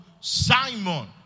Simon